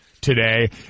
today